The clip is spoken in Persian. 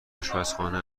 آشپزخانه